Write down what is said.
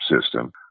system